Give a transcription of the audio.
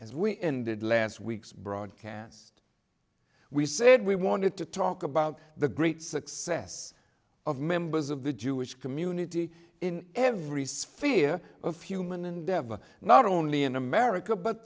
as we ended last week's broadcast we said we wanted to talk about the great success of members of the jewish community in every sphere of human endeavor not only in america but